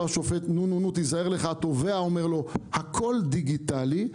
השופט שייזהר והתובע אומר לו שהכול דיגיטלי.